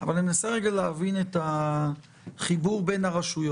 אבל אני מנסה רגע להבין את החיבור בין הרשויות.